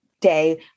day